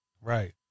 right